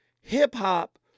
hip-hop